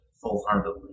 Full-heartedly